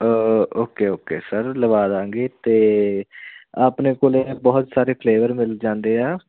okay okay sir ਲਵਾਦਾਂਗੇ ਅਤੇ ਆਪਣੇ ਕੋਲੇ ਬਹੁਤ ਸਾਰੇ ਫਲੇਵਰ ਮਿਲ ਜਾਂਦੇ ਆ